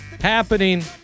happening